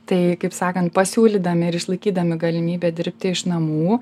tai kaip sakant pasiūlydami ir išlaikydami galimybę dirbti iš namų